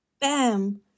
Bam